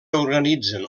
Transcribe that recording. organitzen